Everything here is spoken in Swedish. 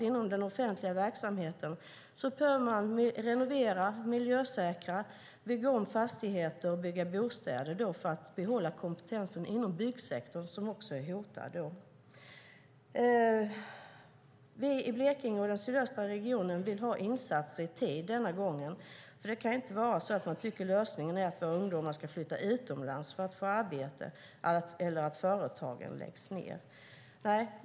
Inom den offentliga verksamheten behöver man renovera, miljösäkra, bygga om fastigheter och bygga bostäder för att behålla kompetensen inom byggsektorn, som också är hotad. Vi i Blekinge och i den sydöstra regionen vill göra insatser i tid. Lösningen kan inte vara att våra ungdomar ska flytta utomlands för att få arbete eller att företagen läggs ned.